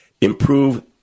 improve